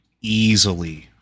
easily